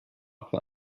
plant